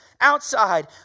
outside